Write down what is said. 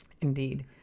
indeed